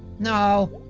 no